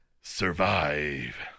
Survive